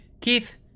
Keith